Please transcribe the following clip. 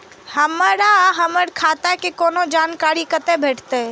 हमरा हमर खाता के कोनो जानकारी कते भेटतै